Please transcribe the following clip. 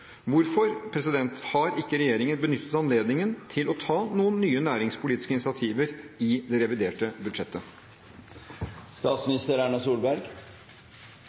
Hvorfor har ikke regjeringen benyttet anledningen til å ta noen nye næringspolitiske initiativer i det reviderte budsjettet?